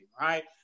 Right